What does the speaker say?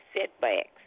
setbacks